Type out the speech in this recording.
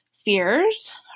Fears